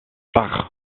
par